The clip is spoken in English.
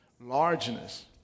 Largeness